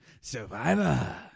survivor